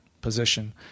position